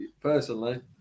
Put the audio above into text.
personally